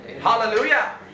Hallelujah